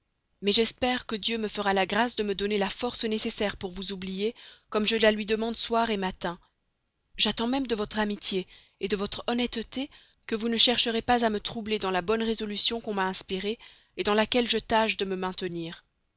mais j'espère que dieu me fera la grâce de me donner la force nécessaire pour vous oublier comme je la lui demande soir matin j'attends même de votre amitié de votre honnêteté que vous ne chercherez pas à me troubler dans la bonne résolution que l'on m'a inspirée dans laquelle je tâche de me